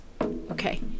Okay